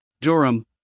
Durham